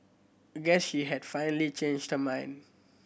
guess she had finally changed the mind